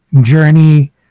journey